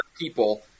people